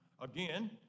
Again